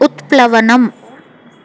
उत्प्लवनम्